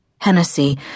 Hennessy